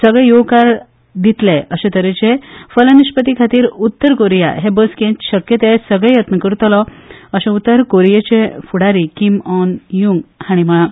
सगले येवकार दितले अशे तरेचे फलनिश्पत्ती खातीर उत्तर कोरिया हे बसकेंत शक्य ते सगले यत्न करतलो अशें उत्तर कोरियाचे फुडारी कीम आन उन हांणी म्हळां